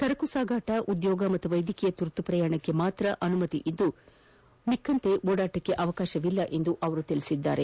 ಸರಕು ಸಾಗಾಟ ಉದ್ಯೋಗ ಮತ್ತು ವೈದ್ಯಕೀಯ ತುರ್ತು ಪ್ರಯಾಣಕ್ಕೆ ಮಾತ್ರ ಅನುಮತಿ ಇದ್ದು ವ್ಯರ್ಥ ಓಡಾಟಕ್ಕೆ ಅವಕಾಶವಿಲ್ಲ ಎಂದು ಹೇಳಿದ್ದಾರೆ